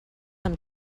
amb